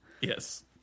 Yes